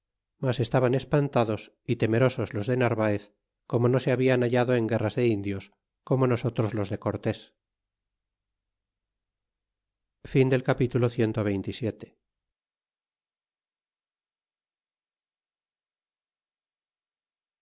mas estaban espantados y temerosos los de narvaez como no se habian hallado en guerras de indios como nosotros los de cortés capitulo